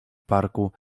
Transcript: parku